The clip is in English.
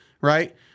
right